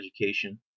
education